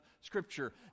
Scripture